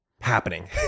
Happening